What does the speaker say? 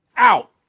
out